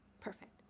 perfect